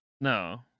No